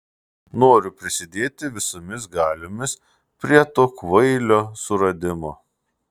noriu prisidėti visomis galiomis prie to kvailio suradimo